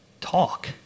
Talk